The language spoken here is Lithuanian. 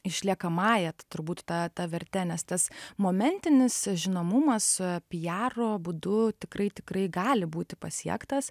išliekamąja turbūt ta ta verte nes tas momentinis žinomumas pijaro būdu tikrai tikrai gali būti pasiektas